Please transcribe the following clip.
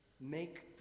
Make